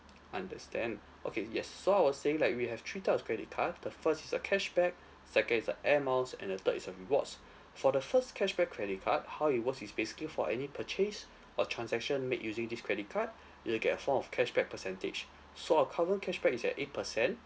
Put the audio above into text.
understand okay yes so I was saying like we have three types of credit card the first is a cashback second is the air miles and the third is the rewards for the first cashback credit card how it works is basically for any purchase or transaction made using this credit card you will get a form of cashback percentage so our current cashback is at eight percent